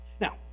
Now